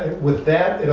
with that,